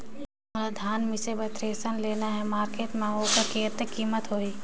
मोला धान मिसे बर थ्रेसर लेना हे मार्केट मां होकर कीमत कतेक होही?